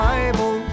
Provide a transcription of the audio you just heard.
Bible